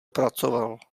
pracoval